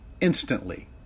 instantly